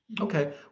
Okay